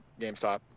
GameStop